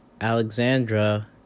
Alexandra